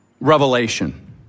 revelation